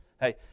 Hey